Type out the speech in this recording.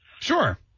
Sure